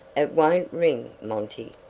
it won't ring, monty,